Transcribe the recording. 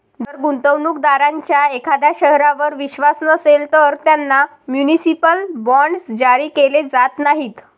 जर गुंतवणूक दारांचा एखाद्या शहरावर विश्वास नसेल, तर त्यांना म्युनिसिपल बॉण्ड्स जारी केले जात नाहीत